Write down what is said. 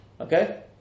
okay